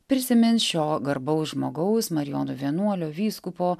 prisimins šio garbaus žmogaus marijonų vienuolio vyskupo